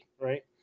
right